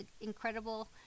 incredible